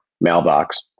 mailbox